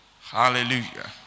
Hallelujah